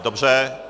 Dobře.